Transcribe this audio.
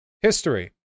History